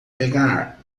pegar